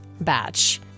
batch